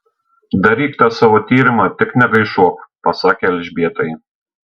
daryk tą savo tyrimą tik negaišuok pasakė elžbietai